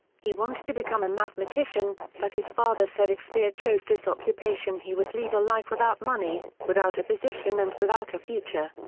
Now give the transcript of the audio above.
he wanted to become a mathematician, but his father said if speer chose this occupation he would lead a life without money, without a position and without a future.